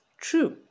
true